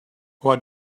what